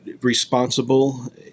responsible